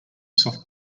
soft